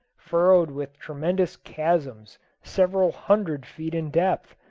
furrowed with tremendous chasms several hundred feet in depth,